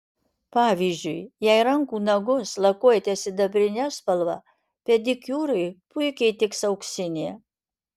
pavyzdžiui jei rankų nagus lakuojate sidabrine spalva pedikiūrui puikiai tiks auksinė